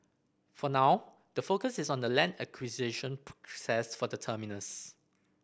for now the focus is on the land acquisition process for the terminus